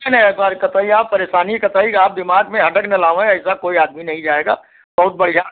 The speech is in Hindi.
नहीं नहीं यह बार ख़ताई आप परेशानी कतही आप दिमाग़ में हडक ना लावैं ऐसा कोई आदमी नहीं जाएगा बहुत बढ़िया